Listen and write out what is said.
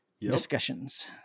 discussions